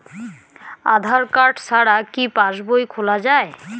আধার card ছাড়া কি পাসবই খোলা যায়?